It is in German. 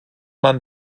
man